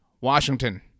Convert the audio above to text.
Washington